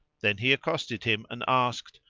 then he accosted him and asked,